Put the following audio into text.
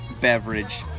beverage